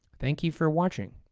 thank you for watching.